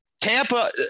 Tampa